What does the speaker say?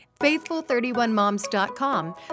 faithful31moms.com